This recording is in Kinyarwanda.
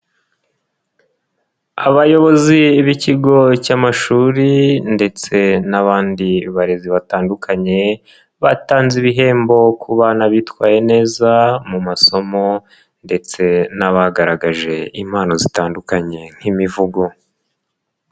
Abayobozi b'ikigo cy'amashuri ndetse n'abandi barezi batandukanye, batanze ibihembo ku bana bitwaye neza mu masomo ndetse n'abagaragaje impano zitandukanye nk'imivugo.